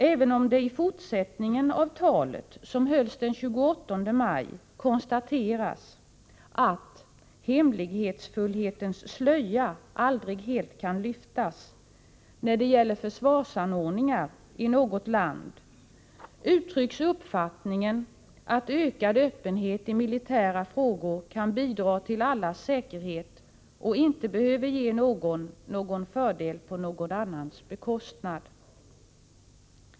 Även om det i fortsättningen av talet, som hölls den 28 maj, konstateras att ”hemlighetsfullhetens slöja aldrig helt kan lyftas” när det gäller försvarsanordningar i något land, uttrycks uppfattningen att ökad öppenhet i militära frågor kan bidra till allas säkerhet och att den inte behöver ge någon någon fördel på någon annans bekostnad.